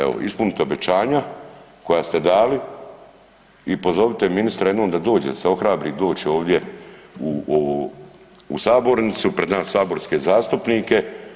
Evo ispunite obećanja koja ste dali i pozovite ministra jednom da dođe, da se ohrabri doći ovdje u sabornicu, pred nas saborske zastupnike.